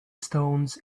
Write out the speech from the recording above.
stones